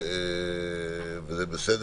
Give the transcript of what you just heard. וזה בסדר.